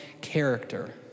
character